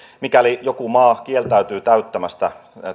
mikäli joku maa kieltäytyy täyttämästä